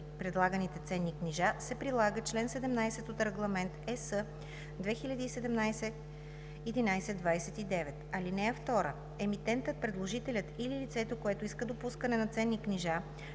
предлаганите ценни книжа се прилага чл. 17 от Регламент (ЕС) 2017/1129. (2) Емитентът, предложителят или лицето, което иска допускане на ценните книжа